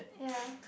ya